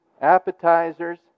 appetizers